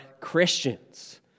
Christians